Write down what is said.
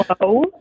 hello